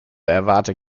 erwarte